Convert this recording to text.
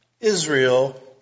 Israel